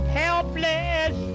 helpless